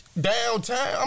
Downtown